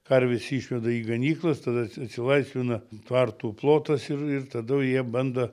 karves išveda į ganyklas tada atsilaisvina tvartų plotas ir ir tada jie bando